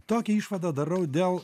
tokią išvadą darau dėl